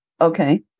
Okay